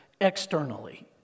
externally